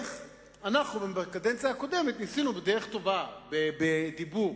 אנחנו, בקדנציה הקודמת, ניסינו בדרך טובה, בדיבור.